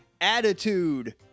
attitude